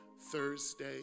Thursday